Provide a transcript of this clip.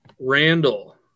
Randall